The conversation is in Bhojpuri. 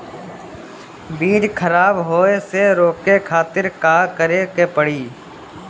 बीज खराब होए से रोके खातिर का करे के पड़ी?